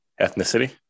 ethnicity